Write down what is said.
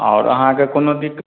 आओर अहाँके कोनो दिक्कत